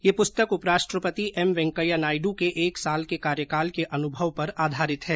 यह पुस्तक उपराष्ट्रपति एम वैंकेया नायडू के एक साल के कार्यकाल के अनुभव पर आधारित है